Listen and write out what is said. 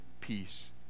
peace